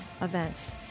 events